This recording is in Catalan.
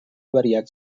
variat